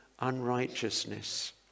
unrighteousness